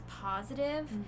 positive